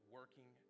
working